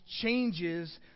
changes